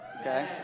Okay